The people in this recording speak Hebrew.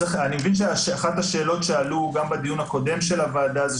אני מבין שאחת השאלות שעלו גם בדיון הקודם של הוועדה זו